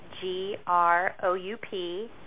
g-r-o-u-p